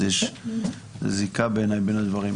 אז יש זיקה בעיניי בין הדברים.